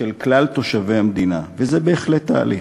של כלל תושבי המדינה, וזה בהחלט תהליך.